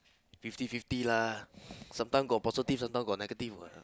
fifty fifty lah sometime got positive sometime got negative